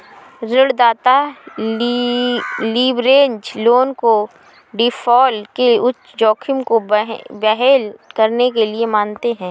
ऋणदाता leverage loan को default के उच्च जोखिम को वहन करने के लिए मानते हैं